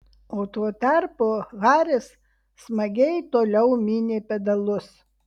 o tuo tarpu haris smagiai toliau mynė pedalus